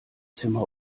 zimmer